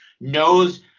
knows